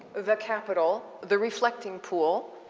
the capital, the reflecting pool,